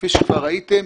כפי שכבר ראיתם,